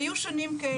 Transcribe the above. היו שנים כאלה.